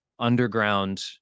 underground